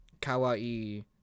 kawaii